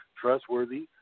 trustworthy